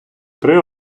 три